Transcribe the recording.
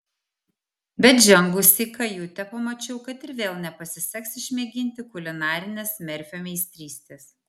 bet žengusi į kajutę pamačiau kad ir vėl nepasiseks išmėginti kulinarinės merfio meistrystės